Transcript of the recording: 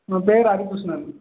என் பேர் ஹரி கிருஷ்ணன்